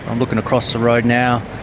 i'm looking across the road now,